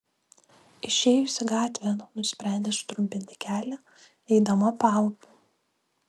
išėjusi gatvėn nusprendė sutrumpinti kelią eidama paupiu